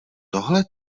tohle